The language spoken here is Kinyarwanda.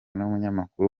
n’umunyamakuru